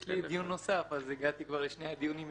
יש לי דיון נוסף, אז הגעתי כבר לשני הדיונים יחד.